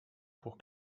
pour